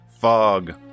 fog